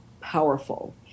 powerful